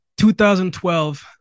2012